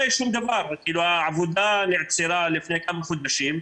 העבודה נעצרה לפני כמה חודשים.